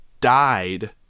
died